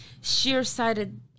sheer-sided